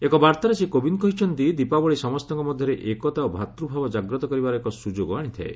ଏକ ବାର୍ତ୍ତାରେ ଶ୍ରୀ କୋବିନ୍ଦ୍ କହିଛନ୍ତି ଦୀପାବଳି ସମସ୍ତଙ୍କ ମଧ୍ୟରେ ଏକତା ଓ ଭ୍ରାତୃଭାବ ଜାଗ୍ରତ କରିବାର ଏକ ସ୍ରଯୋଗ ଆଶିଥାଏ